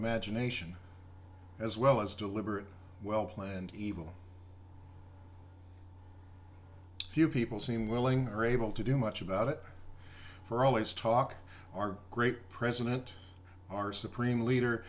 imagination as well as deliberate well planned evil few people seem willing or able to do much about it for always talk our great president our supreme leader